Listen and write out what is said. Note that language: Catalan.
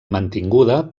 mantinguda